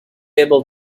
able